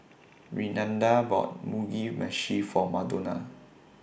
Renada bought Mugi Meshi For Madonna